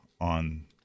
on